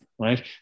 Right